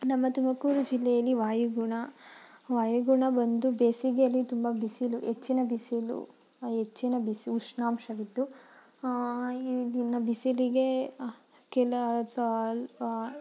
ನಮ್ಮ ತುಮಕೂರು ಜಿಲ್ಲೆಯಲ್ಲಿ ವಾಯುಗುಣ ವಾಯುಗುಣ ಬಂದು ಬೇಸಿಗೆಯಲ್ಲಿ ತುಂಬ ಬಿಸಿಲು ಹೆಚ್ಚಿನ ಬಿಸಿಲು ಹೆಚ್ಚಿನ ಬಿಸಿ ಉಷ್ಣಾಂಶವಿದ್ದು ಇನ್ನು ಬಿಸಿಲಿಗೆ ಕೆಲ ಸ್ವಲ್ಪ